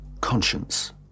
conscience